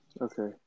okay